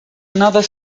another